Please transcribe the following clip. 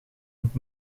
het